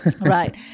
right